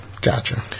Gotcha